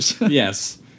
Yes